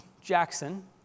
Jackson